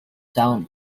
sound